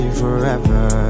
forever